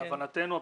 להבנתנו,